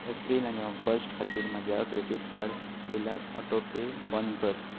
एप्रिल आनी ऑगस्ट खातीर म्हज्या क्रॅडिट कार्ड बिलाक ऑटोपे बंद कर